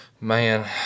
man